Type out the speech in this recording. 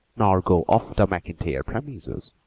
nor go off the maclntyre premises,